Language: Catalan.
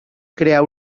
crear